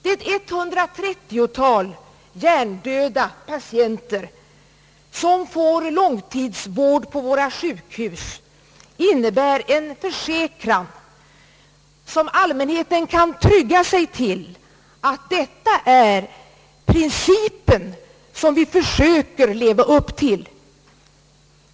Det 130-tal hjärndöda patienter som får långtidsvård på våra sjukhus innebär en försäkran, som allmänheten kan trygga sig till, att detta är den princip som vi försöker leva upp till.